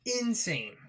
insane